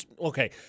Okay